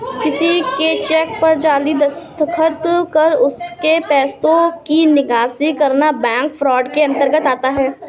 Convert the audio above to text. किसी के चेक पर जाली दस्तखत कर उससे पैसे की निकासी करना बैंक फ्रॉड के अंतर्गत आता है